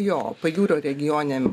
jo pajūrio regione